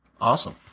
Awesome